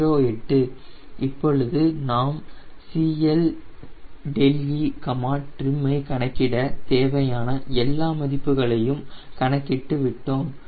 7908 இப்பொழுது நாம் CLetrim ஐ கணக்கிட தேவையான எல்லா மதிப்புகளையும் கணக்கிட்டு விட்டோம்